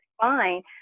fine